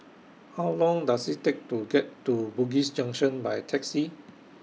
How Long Does IT Take to get to Bugis Junction By Taxi